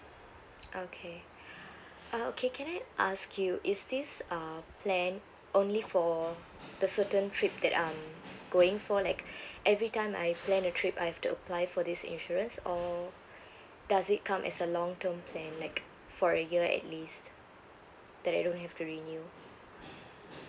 okay uh okay can I ask you is this uh plan only for the certain trip that I'm going for like every time I plan a trip I've to apply for this insurance or does it come as a long term plan like for a year at least that I don't have to renew